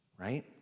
right